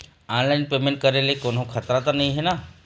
Online payment करे ले कोन्हो खतरा त नई हे न?